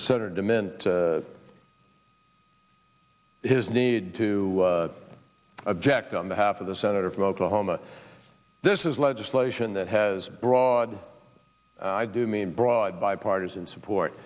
senator de mint his need to object on the half of the senator from oklahoma this is legislation that has broad i do mean broad bipartisan support